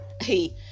Hey